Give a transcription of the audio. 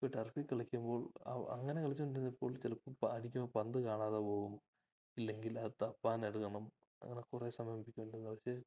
ഇപ്പോശ്ർ ടർഫില് കളിക്കുമ്പോൾ അങ്ങനെ കളിച്ചുകൊണ്ടിരുന്നപ്പോൾ ചിലപ്പോള് അടിക്കുമ്പോള് പന്തു കാണാതെ പോവും ഇല്ലെങ്കിലത് തപ്പാൻ എടുക്കണം അങ്ങനെ കുറേ സമയം പിടിച്ചുകൊണ്ടിരുന്ന പക്ഷെ